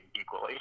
equally